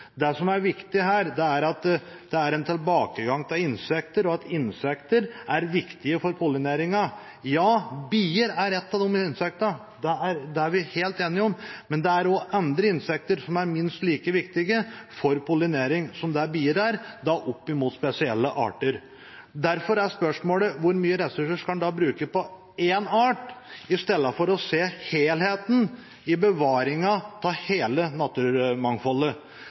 Det som er viktig her, er at det er tilbakegang i antall insekter, og at insekter er viktig for pollineringen. Ja, bier er et av disse insektene – det er vi helt enige om – men det er også andre insekter som er minst like viktige som biene for pollinering opp imot spesielle arter. Derfor er spørsmålet: Hvor mye ressurser skal en da bruke på én art, istedenfor å se helheten i å bevare hele naturmangfoldet?